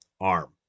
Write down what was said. arm